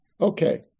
Okay